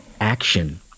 action